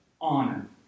honor